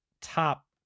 top